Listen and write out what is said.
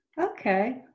Okay